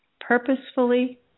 Purposefully